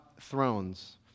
thrones